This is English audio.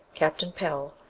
captain pell,